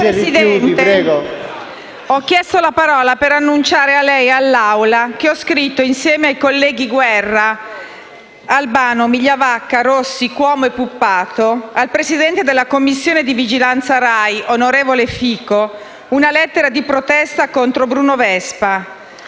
Presidente, ho chiesto di intervenire per annunciare a lei e all'Assemblea che ho scritto, insieme ai colleghi Guerra, Albano, Migliavacca, Rossi, Cuomo e Puppato, al presidente della Commissione di vigilanza RAI, onorevole Fico, una lettera di protesta contro Bruno Vespa.